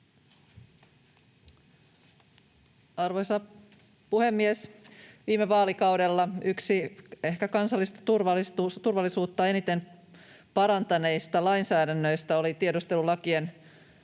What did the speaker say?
Arvoisa puhemies! Viime vaalikaudella yksi ehkä kansallista turvallisuutta eniten parantaneista lainsäädännöistä oli tiedustelulakien